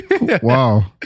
Wow